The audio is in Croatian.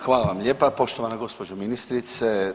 Hvala vam lijepa poštovana gospođo ministrice.